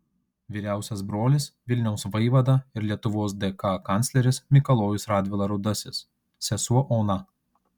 vyriausias brolis vilniaus vaivada ir lietuvos dk kancleris mikalojus radvila rudasis sesuo ona